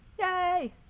Yay